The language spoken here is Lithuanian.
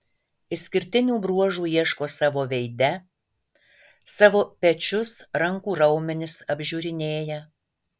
išskirtinių bruožų ieško savo veide savo pečius rankų raumenis apžiūrinėja